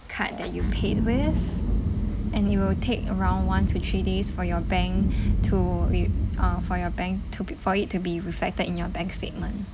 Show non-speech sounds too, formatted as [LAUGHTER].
card that you paid with and it will take around one to three days for your bank [BREATH] to re~ uh for your bank to be for it to be reflected in your bank statement